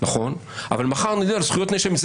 אבל מחר אני אגן על זכויות נאשמים.